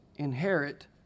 inherit